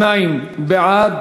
32 בעד,